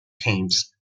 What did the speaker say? thames